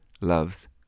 loves